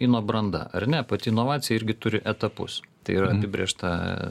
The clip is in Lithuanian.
ino branda ar ne pati inovacija irgi turi etapus tai yra apibrėžta